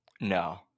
no